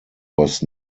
was